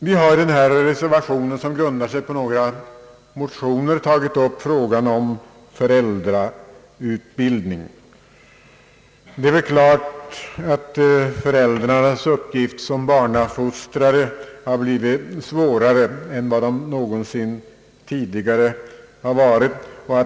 Vi har i vår reservation, som grundar sig på några motioner, tagit upp frågan om föräldrautbildning. Föräldrarnas uppgift som barnafostrare har blivit svårare än någonsin tidigare.